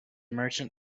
merchant